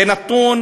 זה נתון